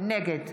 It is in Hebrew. נגד